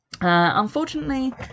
Unfortunately